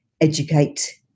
Educate